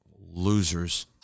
losers